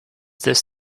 this